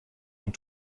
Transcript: ont